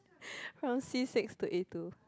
from c-six to a-two